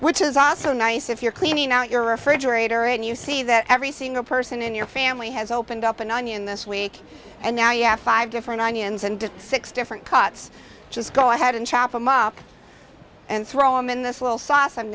which is also nice if you're cleaning out your refrigerator and you see that every single person in your family has opened up an onion this week and now you have five different onions and six different cuts just go ahead and chop them up and throw him in this little sauce i'm